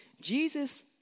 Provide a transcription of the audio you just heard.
Jesus